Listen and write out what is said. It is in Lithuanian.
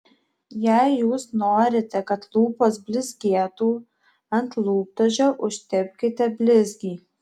jei jūs norite kad lūpos blizgėtų ant lūpdažio užtepkite blizgį